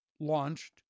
launched